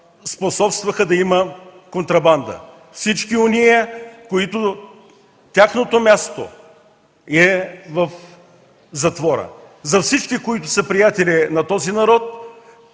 способстваха да има контрабанда, всички онези, на които мястото е в затвора. За всички, които са приятели на този народ